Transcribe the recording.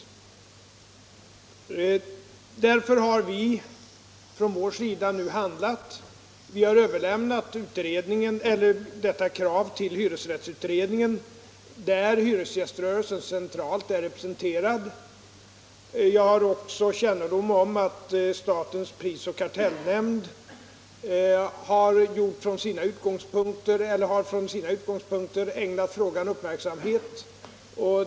Vi har därför nu också handlat från vårt håll. Vi har överlämnat detta krav till hyresrättsutredningen, där hyresgäströrelsen centralt är representerad. Jag har också kännedom om att statens pris och kartellnämnd från sina utgångspunkter har ägnat frågan uppmärksamhet.